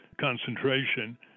concentration